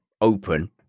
open